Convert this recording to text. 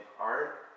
art